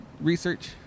research